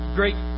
great